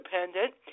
independent